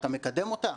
אתה מקדם אותה?